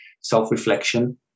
self-reflection